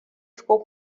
ficou